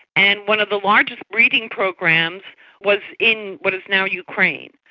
and one of the largest breeding programs was in what is now ukraine,